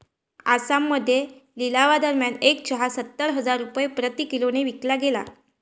आसाममध्ये लिलावादरम्यान एक चहा सत्तर हजार रुपये प्रति किलोने विकला गेला